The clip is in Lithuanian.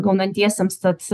gaunantiesiems tad